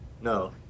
No